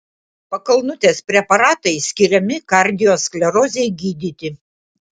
pakalnutės preparatai skiriami kardiosklerozei gydyti